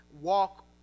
walk